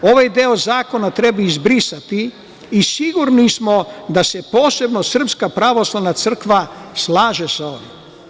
Ovaj deo zakona treba izbrisati i sigurni smo da se posebno Srpska pravoslavna crkva slaže sa ovim.